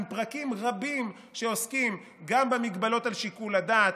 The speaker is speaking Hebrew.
עם פרקים רבים שעוסקים גם בהגבלות על שיקול הדעת,